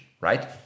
right